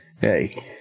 Hey